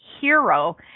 hero